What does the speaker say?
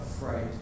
afraid